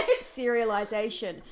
serialization